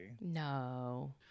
no